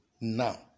now